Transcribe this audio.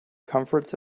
comforts